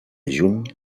juny